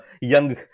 young